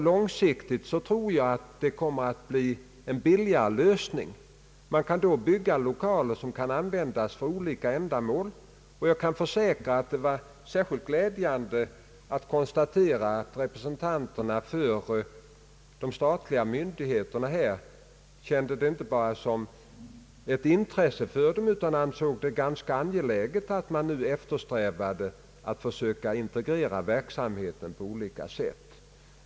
Jag tror att det på lång sikt blir en billigare lösning, eftersom man då kan bygga lokaler som kan användas för olika ändamål. Jag kan försäkra att det var särskilt glädjande att konstatera att representanterna för de statliga myndigheterna kände detta inte bara som ett intresse för kommunerna utan ansåg det vara angeläget för oss alla att verksamheten integreras på olika sätt.